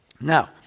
Now